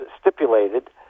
stipulated